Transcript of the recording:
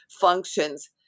functions